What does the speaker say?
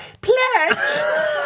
pledge